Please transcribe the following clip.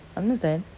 understand